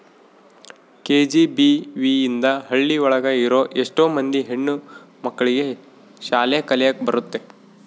KGBV ಇಂದ ಹಳ್ಳಿ ಒಳಗ ಇರೋ ಎಷ್ಟೋ ಮಂದಿ ಹೆಣ್ಣು ಮಕ್ಳಿಗೆ ಶಾಲೆ ಕಲಿಯಕ್ ಬರುತ್ತೆ